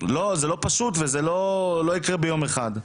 זה לא פשוט וזה לא יקרה ביום אחד.